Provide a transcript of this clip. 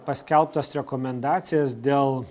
paskelbtas rekomendacijas dėl